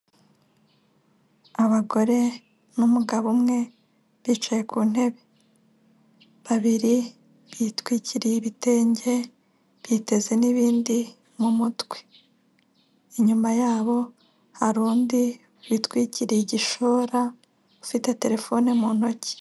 Abagore n'umugabo umwe bicaye ku ntebe. Babiri bitwikiriye ibitenge, biteze n'ibindi mu mutwe. Inyuma yabo hari undi witwikiriye igishora, ufite telefone mu ntoki.